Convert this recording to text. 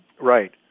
Right